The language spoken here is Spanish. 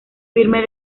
firme